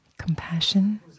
compassion